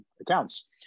accounts